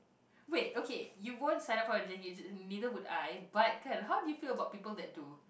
wait okay you won't send out for the neither would I but how did you feel about people that do